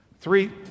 Three